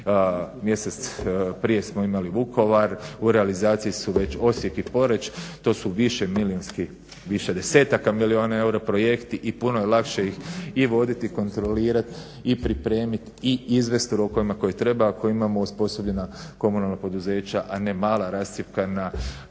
mjesec prije smo imali Vukovar, u realizaciji su već Osijek i Poreč, to su više milionski, više desetaka miliona eura projekti i puno je lakše ih i voditi i kontrolirati i pripremit i izvest u rokovima koje treba ako imamo osposobljena komunalna poduzeća a ne mala rascjepkana